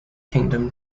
kingdom